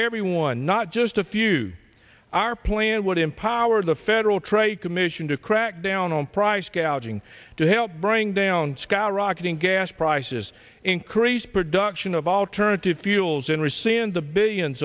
everyone not just a few our plan would empower the federal trade commission to crack down on price gouging to help bring down skyrocketing gas prices increase production of alternative fuels in rescind the billions